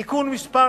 (תיקון מס'